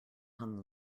hung